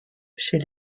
chez